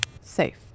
Safe